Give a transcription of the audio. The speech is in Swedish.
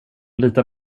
litar